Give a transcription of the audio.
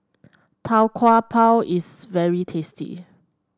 Tau Kwa Pau is very tasty